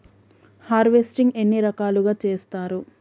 Harvesting ఎన్ని రకాలుగా చేస్తరు?